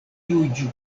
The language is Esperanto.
juĝu